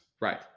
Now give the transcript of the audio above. Right